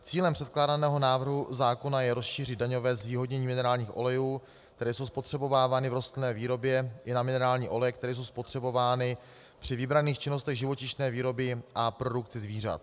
Cílem předkládaného návrhu zákona je rozšířit daňové zvýhodnění minerálních olejů, které jsou spotřebovávány v rostlinné výrobě, i na minerální oleje, které jsou spotřebovávány při vybraných činnostech živočišné výroby a produkci zvířat.